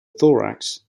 thorax